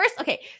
Okay